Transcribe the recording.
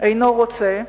אינו רוצה: